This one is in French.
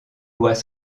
lois